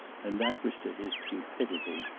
and that was to his cupidity.